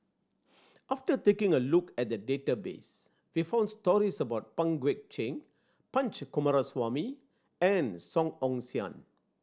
after taking a look at the database we found stories about Pang Guek Cheng Punch Coomaraswamy and Song Ong Siang